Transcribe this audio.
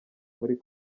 muri